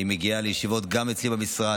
היא מגיעה לישיבות גם אצלי במשרד,